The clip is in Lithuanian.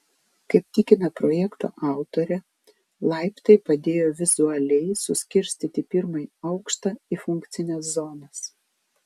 kaip tikina projekto autorė laiptai padėjo vizualiai suskirstyti pirmąjį aukštą į funkcines zonas